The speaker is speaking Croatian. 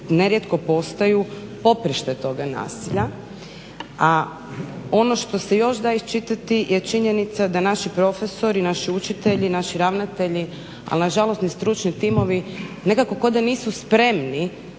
nerijetko postaju poprište toga nasilja, a ono što se da iščitati je činjenica da naši profesori, naši učitelji, naši ravnatelji, al nažalost ni stručni timovi nekako ko da nisu spremni